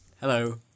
Hello